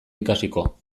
ikasiko